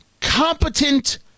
competent